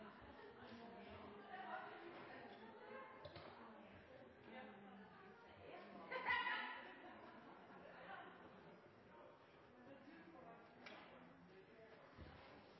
reduseres gjennom en